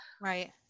right